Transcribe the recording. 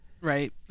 right